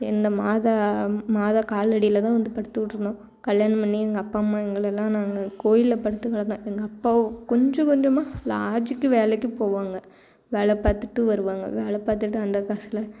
இந்த மாதா மாதா காலடியில் தான் வந்து படுத்துகிட்டுருந்தோம் கல்யாணம் பண்ணி எங்கள் அப்பா அம்மா எங்களைலாம் நாங்கள் கோவிலில் படுத்துக் கிடந்தேன் எங்கள் அப்பா கொஞ்சம் கொஞ்சமாக லாட்ஜுக்கு வேலைக்கு போவாங்க வேலை பார்த்துட்டு வருவாங்க வேலை பார்த்துட்டு அந்த காசுல